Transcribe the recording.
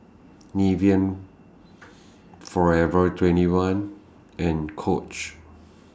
Nivea Forever twenty one and Coach